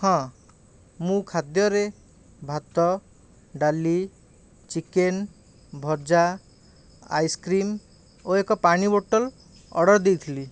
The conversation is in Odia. ହଁ ମୁଁ ଖାଦ୍ୟରେ ଭାତ ଡାଲି ଚିକେନ୍ ଭଜା ଆଇସକ୍ରିମ୍ ଓ ଏକ ପାଣି ବଟଲ ଅର୍ଡ଼ର ଦେଇଥିଲି